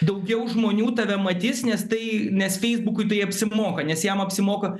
daugiau žmonių tave matys nes tai nes feisbukui tai apsimoka nes jam apsimoka